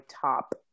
top